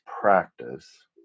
practice